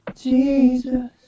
Jesus